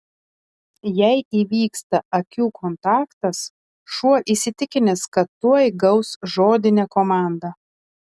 jei įvyksta akių kontaktas šuo įsitikinęs kad tuoj gaus žodinę komandą